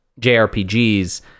jrpgs